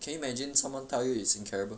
can you imagine someone tell you it's incurable